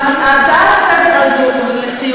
אז על ההצעה הזאת לסדר-היום,